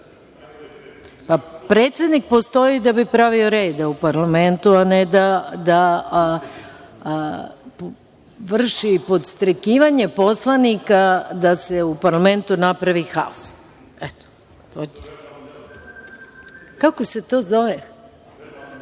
minuta?)Predsednik postoji da bi pravio red u parlamentu, a ne da vrši podstrekivanje poslanika da se u parlamentu napravi haos.(Boško Obradović: